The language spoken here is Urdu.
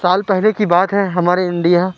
سال پہلے کی بات ہے ہمارے انڈیا